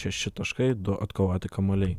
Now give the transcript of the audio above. šeši taškai du atkovoti kamuoliai